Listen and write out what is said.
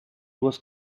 was